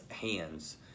hands